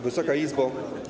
Wysoka Izbo!